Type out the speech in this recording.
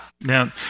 Now